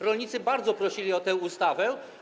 Rolnicy bardzo prosili o tę ustawę.